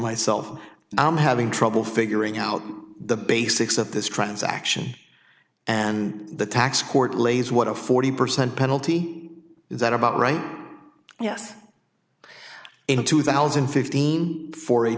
myself i'm having trouble figuring out the basics of this transaction and the tax court leys what a forty percent penalty is that about right yes in two thousand and fifteen for a